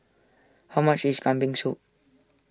how much is Kambing Soup